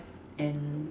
and